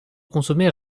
consommés